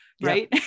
right